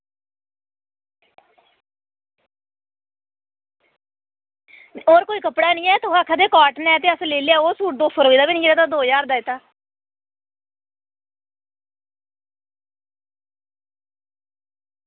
ते होर कोई कपड़ा हैनी ऐ तुस आक्खा दे हे काटन ऐ ते अस लेई लैओ ओह् सूट दो सौ रपेऽ दा बी निं ऐ जेह्ड़ा दो ज्हार दा दित्ता